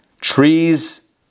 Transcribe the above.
Trees